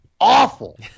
awful